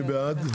מי בעד?